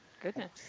Goodness